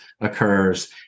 occurs